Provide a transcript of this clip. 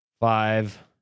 five